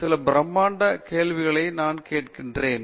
சில பிரம்மாண்டமான கேள்விகளை நான் கேட்கிறேன்